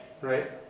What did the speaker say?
Right